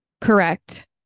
correct